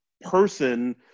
person